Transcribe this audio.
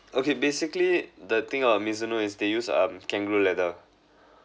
okay basically the thing of Mizuno is they use um kangaroo leather